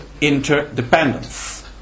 interdependence